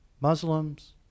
Muslims